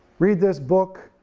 read this book,